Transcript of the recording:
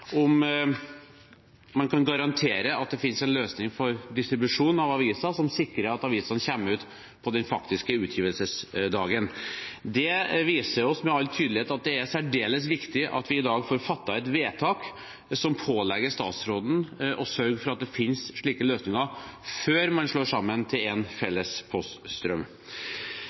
om man kan garantere at det finnes en løsning for distribusjon av aviser som sikrer at avisene kommer ut på den faktiske utgivelsesdagen. Det viser oss med all tydelighet at det er særdeles viktig at vi i dag får fattet et vedtak som pålegger statsråden å sørge for at det finnes slike løsninger, før man slår sammen til én felles poststrøm.